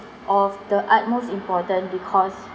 of the utmost importance because